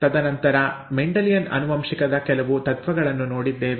ತದನಂತರ ಮೆಂಡೆಲಿಯನ್ ಆನುವಂಶಿಕದ ಕೆಲವು ತತ್ವಗಳನ್ನು ನೋಡಿದ್ದೇವೆ